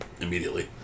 immediately